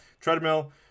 Treadmill